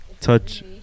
Touch